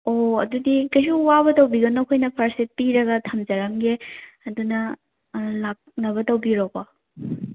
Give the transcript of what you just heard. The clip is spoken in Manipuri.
ꯑꯣ ꯑꯗꯨꯗꯤ ꯀꯩꯁꯨ ꯋꯥꯕ ꯇꯧꯕꯤꯒꯅꯣ ꯑꯩꯈꯣꯏꯅ ꯐꯔꯁ ꯑꯦꯠ ꯄꯤꯔꯒ ꯊꯝꯖꯔꯝꯒꯦ ꯑꯗꯨꯅ ꯂꯥꯛꯅꯕ ꯇꯧꯕꯤꯔꯣꯀꯣ